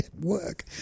work